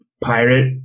pirate